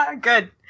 good